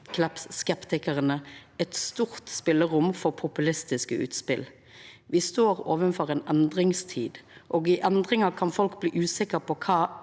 klimaskeptikarane eit stort spelerom for populistiske utspel. Me står overfor ei endringstid, og i endringar kan folk bli usikre på kva